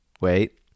Wait